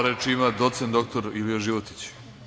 Reč ima doc. dr Ilija Životić.